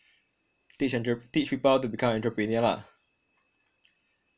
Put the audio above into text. teach people how to become entrepreneur lah